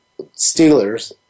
Steelers